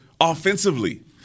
offensively